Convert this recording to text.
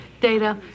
Data